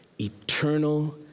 eternal